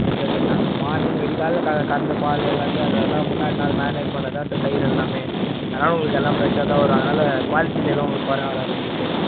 இல்லை சார் நாங்கள் மார்னிங் விடிக்கால்ல கறந்த பாலை எல்லாத்தையும் அதெல்லாம் முன்னாடி நாள் மேனேட் பண்ணது தான் சார் தயிர் எல்லாமே அதனால் உங்களுக்கு எல்லாம் ஃப்ரஷ்ஷா தான் வரும் அதனால் குவாலிட்டியிலே எதுவும் குற வராது உங்களுக்கு